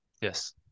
Yes